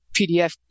pdf